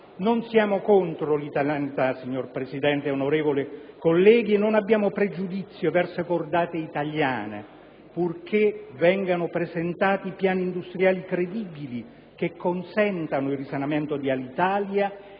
Non siamo contro l'italianità, signor Presidente, onorevoli colleghi, e non abbiamo pregiudizi verso cordate italiane, purché vengano presentati piani industriali credibili, che consentano il risanamento di Alitalia